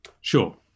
sure